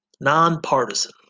Nonpartisan